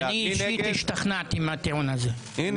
אני אישית השתכנעתי מהטיעון הזה.